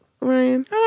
Ryan